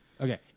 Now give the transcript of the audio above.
Okay